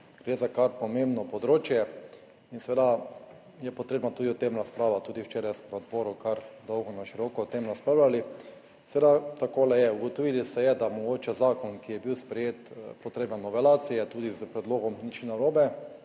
Gre za kar pomembno področje in seveda je potrebno tudi o tem razpravlja tudi včeraj smo na odboru kar dolgo na široko o tem razpravljali. Seveda takole je, ugotovilo se je, da je mogoče zakon, ki je bil sprejet, potreben novelacije, tudi s predlogom ni nič narobe,